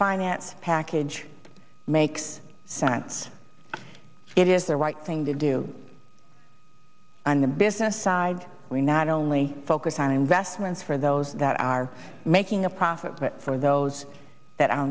finance package makes sense it is the right thing to do on the business side we not only focus on investments for those that are making a profit but for those that are